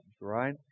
right